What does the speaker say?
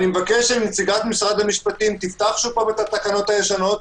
מבקש שנציגת משרד המשפטים תפתח את התקנות הישנות,